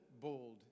bold